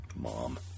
mom